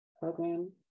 program